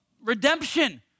redemption